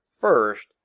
first